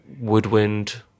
woodwind